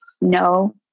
no